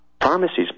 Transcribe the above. Pharmacies